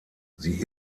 sie